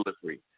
delivery